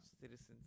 citizens